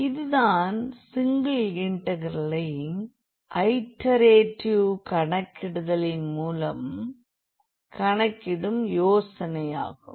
இதுதான் சிங்கிள் இன்டெக்ரலை ஐடெரேட்டிவ் கணக்கிடுதலின் மூலம் கணக்கிடும் யோசனை ஆகும்